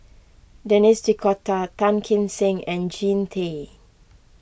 Denis D'Cotta Tan Kim Seng and Jean Tay